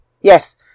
Yes